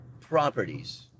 properties